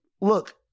look